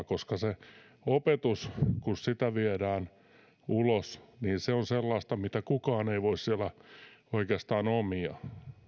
koska opetus kun sitä viedään ulos on sellaista mitä kukaan ei voi siellä oikeastaan omia